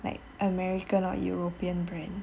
like american or european brand